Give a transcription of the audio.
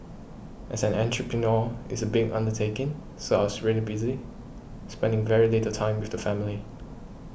as an entrepreneur it's a big undertaking so I was really busy spending very little time with the family